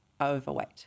Overweight